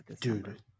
dude